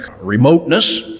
remoteness